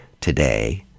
today